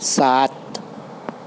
سات